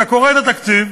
אתה קורא את התקציב,